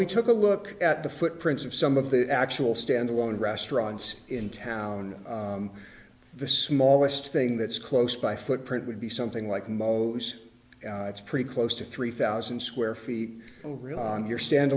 we took a look at the footprints of some of the actual standalone restaurants in town the smallest thing that's close by footprint would be something like most it's pretty close to three thousand square feet and rely on your stand